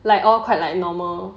like all quite like normal